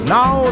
Now